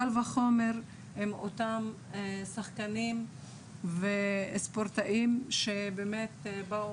קל וחומר עם אותם שחקנים וספורטאים שבאמת באו